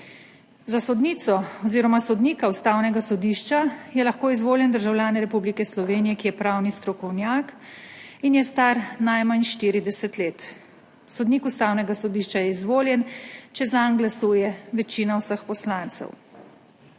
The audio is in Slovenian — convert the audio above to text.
Za sodnico oziroma sodnika Ustavnega sodišča je lahko izvoljen državljan Republike Slovenije, ki je pravni strokovnjak in je star najmanj 40 let. Sodnik Ustavnega sodišča je izvoljen, če zanj glasuje večina vseh poslancev.